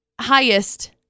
highest